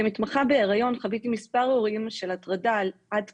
כמתמחה בהריון חוויתי מספר אירועים של הטרדה עד תקיפה.